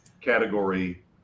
category